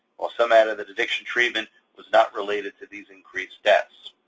while some added that addiction treatment was not related to these increased deaths,